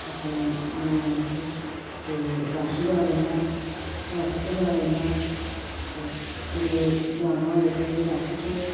अपने औने जाने च ते रश बड़ा रौंह्दा ट्रैफिक बड़ा रौंह्दा ते कुतै जाना होए ते ट्रैफिक